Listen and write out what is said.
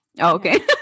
okay